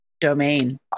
domain